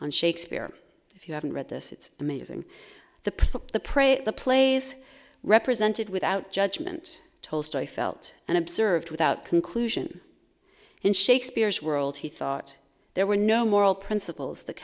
on shakespeare if you haven't read this it's amazing the play the prey the plays represented without judgement tolstoy felt and observed without conclusion in shakespeare's world he thought there were no moral principles that